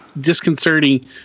disconcerting